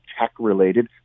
tech-related